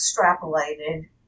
extrapolated